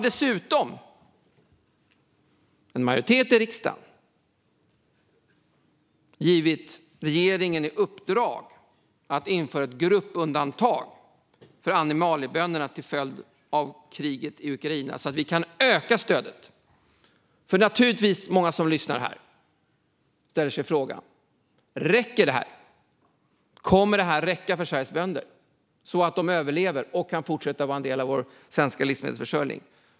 En majoritet i riksdagen har dessutom givit regeringen i uppdrag att införa ett gruppundantag för animaliebönderna till följd av kriget i Ukraina så att vi kan öka stödet, för många som lyssnar ställer sig frågan: Räcker det här? Kommer det här att räcka för Sveriges bönder så att de överlever och kan fortsätta vara en del av vår livsmedelsförsörjning?